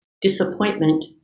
disappointment